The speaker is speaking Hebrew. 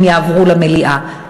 הן יעברו למליאה.